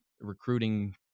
recruiting